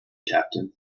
captain